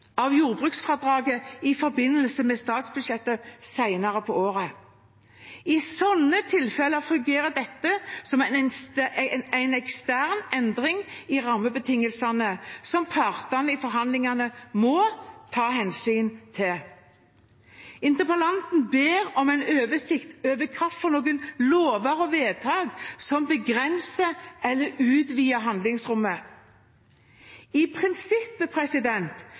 av jordbruksfradraget i forbindelse med statsbudsjettet senere på året. I slike tilfeller fungerer dette som en ekstern endring i rammebetingelsene, som partene i forhandlingene må ta hensyn til. Interpellanten ber om en oversikt over hvilke lover og vedtak som begrenser eller utvider handlingsrommet. I prinsippet